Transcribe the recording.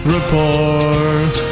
Report